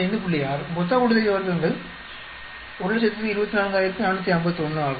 6 மொத்த கூட்டுத்தொகை வர்க்கங்கள் 124451 ஆகும்